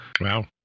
Wow